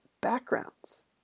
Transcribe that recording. backgrounds